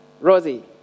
Rosie